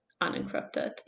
unencrypted